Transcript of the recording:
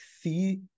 see